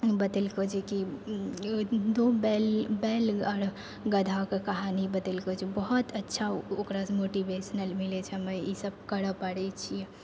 बतेलकौ जे कि दो बैल बैल आओर गधाके कहानी बतेलको छै जे बहुत अच्छा ओकरासँ मोटिवेशनल मिलै छै हम ई सब करऽ पड़ै छियै